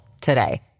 today